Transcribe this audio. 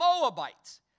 Moabites